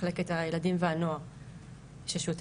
מחלקת הילדים והנוער ששותפים.